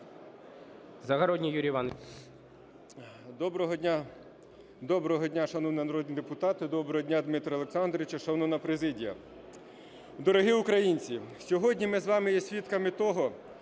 Доброго дня, шановні народні депутати. Доброго дня, Дмитре Олександровичу, шановна президія, дорогі українці. Сьогодні ми з вами є свідками того,